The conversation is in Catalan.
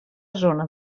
zona